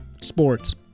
sports